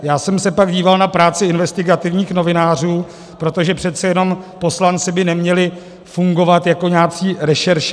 Já jsem se pak díval na práci investigativních novinářů, protože přece jenom poslanci by neměli fungovat jako nějací rešeršéři.